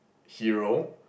hero